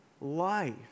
life